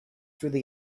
through